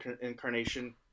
incarnation